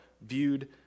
viewed